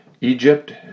Egypt